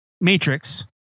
Matrix